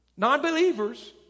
Non-believers